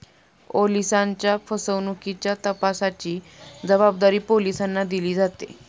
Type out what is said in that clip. ओलिसांच्या फसवणुकीच्या तपासाची जबाबदारी पोलिसांना दिली जाते